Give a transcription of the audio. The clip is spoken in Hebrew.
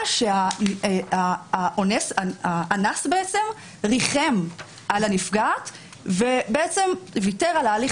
בגלל שהאנס ריחם על הנפגעת וויתר על ההליך